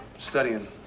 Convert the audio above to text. studying